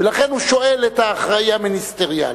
ולכן הוא שואל את האחראי המיניסטריאלי.